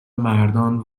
مردان